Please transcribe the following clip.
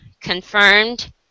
confirmed